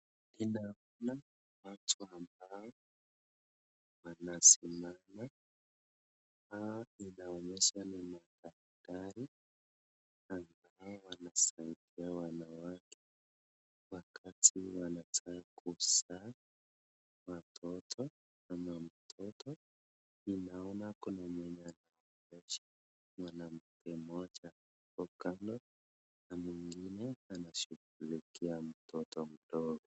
Ninaona watu ambao wanasimama. Hawa inaonyesha ni madaktari ambao wanasaidia wanawake wakati wanataka kuzaa watoto ama mtoto. Ninaona kuna mwenye anaonyesha mwanamke mmoja kona na mwingine anashughulikia mtoto mdogo.